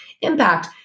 impact